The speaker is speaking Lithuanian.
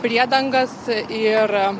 priedangas ir